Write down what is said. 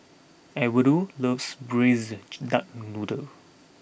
Edwardo loves Braised Duck Noodle